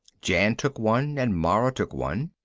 jan took one and mara took one.